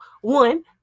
one